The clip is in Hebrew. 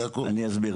אני אסביר.